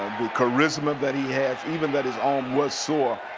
the charisma that he has, even that his arm was sore.